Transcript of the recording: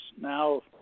Now